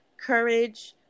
courage